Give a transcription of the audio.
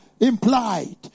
implied